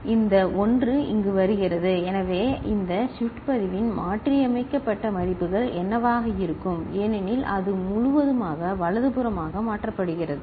இந்த 1 இங்கு வருகிறது எனவே இந்த ஷிப்ட் பதிவின் மாற்றியமைக்கப்பட்ட மதிப்புகள் என்னவாக இருக்கும் ஏனெனில் அது முழுவதுமாக வலதுபுறமாக மாற்றப்படுகிறது